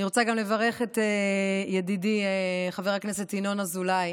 אני רוצה גם לברך את ידידי חבר הכנסת ינון אזולאי